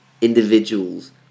Individuals